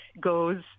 goes